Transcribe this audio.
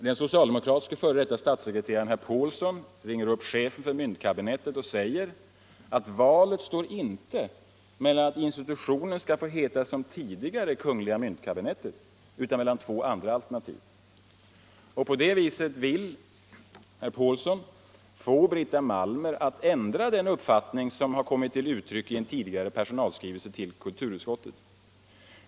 Den socialdemokratiske f. d. statssekreteraren herr Pålsson ringer upp chefen för myntkabinettet och säger, att valet inte gäller att institutionen som tidigare skall få heta Kungl. myntkabinettet, utan står mellan två andra alternativ. På det viset vill herr Pålsson få Brita Malmer att ändra den uppfattning som har kommit till uttryck i en tidigare personalskrivelse till kulturutskottet.